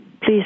please